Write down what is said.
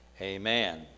Amen